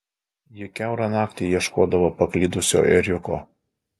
ji kiaurą naktį ieškodavo paklydusio ėriuko